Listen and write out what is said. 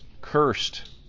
cursed